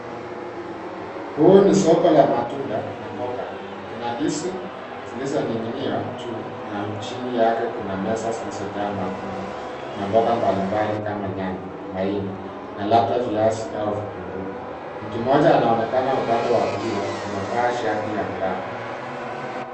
Huu ni soko la matunda na mboga. Kuna ndizi zilizo ning'inia juu na chini yake kuna meza zilizo jaa matunda na mbonga mbali mbali kama nyanya, maindi na labda viazi au vitunguu . Mtu mmoja anaonekana upande wa kulia amevaa shati ya miraba.